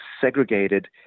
segregated